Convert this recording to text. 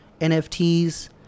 NFTs